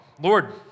Lord